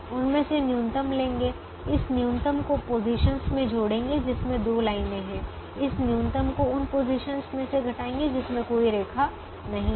उनमें से न्यूनतम लेंगे इस न्यूनतम को पोजीशनस में जोड़ेंगे जिसमें दो लाइनें हैं इस न्यूनतम को उन पोजीशनस में से घटाएंगे जिसमें कोई रेखा नहीं है